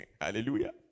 Hallelujah